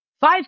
five